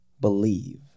believe